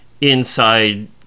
inside